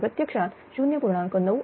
तर प्रत्यक्षात 0